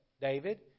David